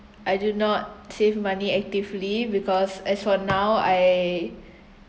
I do not save money actively because as for now I